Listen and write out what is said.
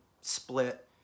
split